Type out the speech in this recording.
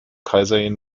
kaiserin